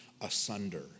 asunder